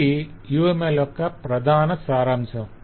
ఇది UML యొక్క ప్రధాన సారాంశం